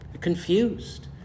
Confused